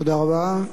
בואו נראה מי נמצא.